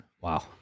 Wow